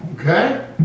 Okay